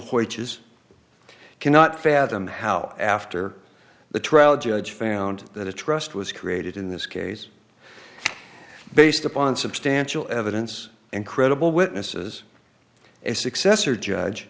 is cannot fathom how after the trial judge found that a trust was created in this case based upon substantial evidence and credible witnesses a successor judge